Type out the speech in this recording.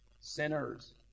Sinners